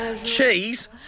Cheese